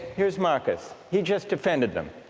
here's marcus he just defended them,